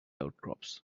outcrops